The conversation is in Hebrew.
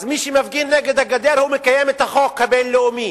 אז מי שמפגין נגד הגדר, מקיים את החוק הבין-לאומי,